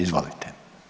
Izvolite.